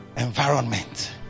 environment